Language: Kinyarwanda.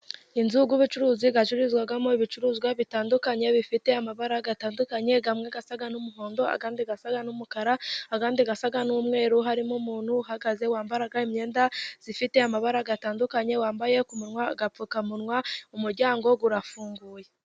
Inzugu z'ubucuruzi zicururizwamo ibicuruzwa bitandukanye bifite amabara atandukanye amwe asaga n'umuhondo andi asa n'umukara, andi asa n'umweru. Harimo umuntu uhagaze wambara imyenda zifite amabara atandukanye, wambaye ku umunwa agapfukamunwa, umuryango urafunguye.